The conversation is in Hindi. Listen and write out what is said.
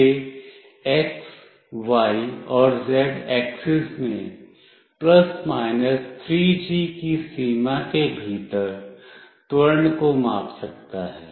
यह x y और z एक्सिस में ±3g की सीमा के भीतर त्वरण को माप सकता है